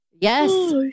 Yes